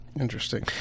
Interesting